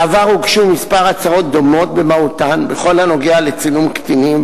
בעבר הוגשו כמה הצעות דומות במהותן בכל הקשור לצילום קטינים,